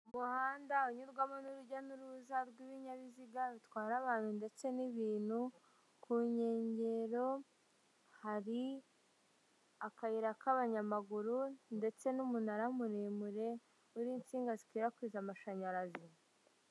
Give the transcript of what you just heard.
Umuhanda unyurwamo n'urujya n'uruza rw'ibinyabiziga rutwara abantu ndetse n'ibintu, ku nkengero hari akayira k'abanyamaguru ndetse n'umunara muremure uriho insinga zikwirakwiza amashanyarazi.